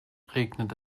regnet